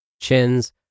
chins